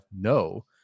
No